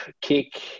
kick